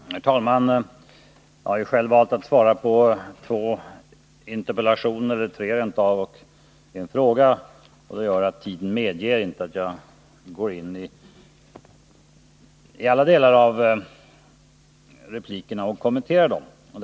Herr talman! Jag har själv valt att svara på tre interpellationer och en fråga, och det gör att tiden inte medger att jag kommenterar replikerna i alla delar.